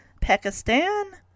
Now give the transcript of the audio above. Pakistan